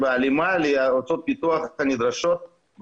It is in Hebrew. בהלימה לאותו פיתוח הנדרש.